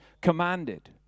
commanded